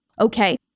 okay